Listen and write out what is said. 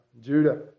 Judah